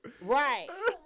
right